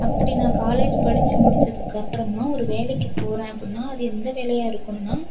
அப்படி நான் காலேஜ் படிச்சு முடிச்சதுகப்புறமா ஒரு வேலைக்கு போகிறேன் அப்படினா அது எந்த வேலையாக இருக்குன்னா